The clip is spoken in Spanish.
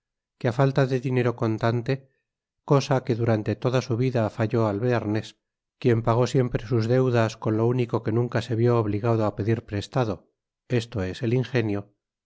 que á falta de dinero contante cosa que durante toda su vida faltó al bearnés quien pagó siempre sus deudas con lo único que nunca se vió obligado á pedir prestado esto es et ingenioque